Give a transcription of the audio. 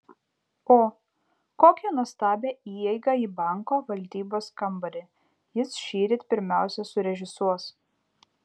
o kokią nuostabią įeigą į banko valdybos kambarį jis šįryt pirmiausia surežisuos